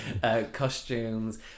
Costumes